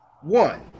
One